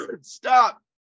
Stop